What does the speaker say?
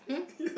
hmm